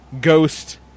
Ghost